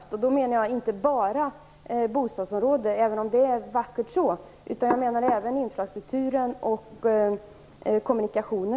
Då menar jag inte enbart bostadsområden utan jag avser även infrastrukturer och kommunikationer.